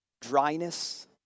Dryness